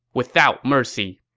without mercy!